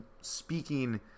speaking